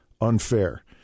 unfair